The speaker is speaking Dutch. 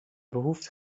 behoeft